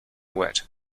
wet